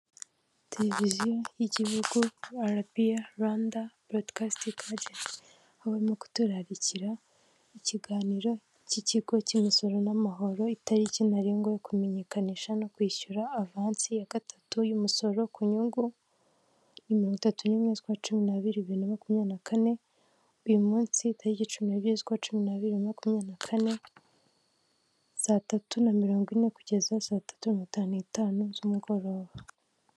Televiziyo y'igihugu arabiya rwanda burodikasitingi ajeti. Barimo kuturarikira ikiganiro cy'ikigo cy'imisoro n'amahoro itariki ntarengwa yo kumenyekanisha no kwishyura avansi ya gatatu y'umusoro ku nyungu ni mirongo itatu n'imwe z' ukwa cumi n'abiri bibiri na makumyabiri na kane. Uyu munsi tariki cumi'ebyiri z' ukwa cumi'abiri bibiri na makumyabiri na kane satatu na mirongo ine kugeza saa tatu na mirongo itanu n'itanu z'umugoroba.